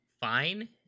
fine